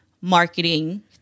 marketing